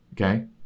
okay